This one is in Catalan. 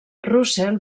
russell